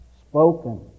spoken